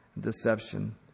deception